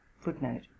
footnote